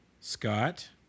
scott